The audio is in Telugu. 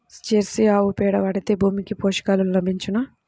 జెర్సీ ఆవు పేడ వాడితే భూమికి పోషకాలు లభించునా?